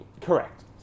Correct